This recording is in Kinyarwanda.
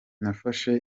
nafashe